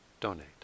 donate